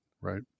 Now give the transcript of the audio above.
Right